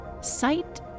Sight